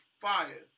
fire